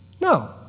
No